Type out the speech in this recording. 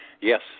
Yes